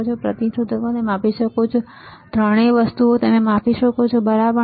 તમે પ્રતિરોધકોને માપી શકો છો ત્રણેય વસ્તુઓ તમે માપી શકો છો બરાબર ને